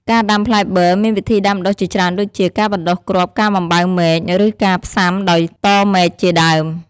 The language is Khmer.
ការដាំផ្លែប័រមានវិធីដាំដុះជាច្រើនដូចជា ការបណ្តុះគ្រាប់ ការបំបៅមែក ឬការផ្សាំដោយតមែកជាដើម។